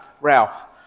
Ralph